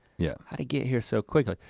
yeah how'd he get here so quick, like